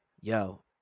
Yo